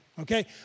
okay